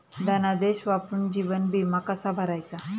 धनादेश वापरून जीवन विमा कसा भरायचा?